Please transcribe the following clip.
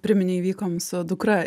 priminei vykom su dukra